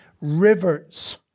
Rivers